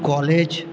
college